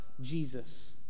Jesus